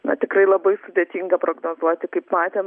na tikrai labai sudėtinga prognozuoti kaip matėm